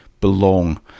belong